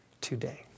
today